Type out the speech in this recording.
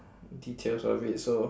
details of it so